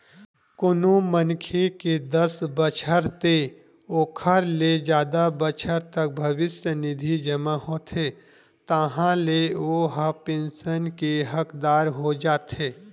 कोनो मनखे के दस बछर ते ओखर ले जादा बछर तक भविस्य निधि जमा होथे ताहाँले ओ ह पेंसन के हकदार हो जाथे